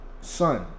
son